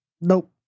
Nope